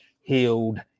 healed